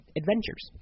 adventures